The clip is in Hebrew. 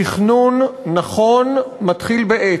תכנון נכון מתחיל בעץ,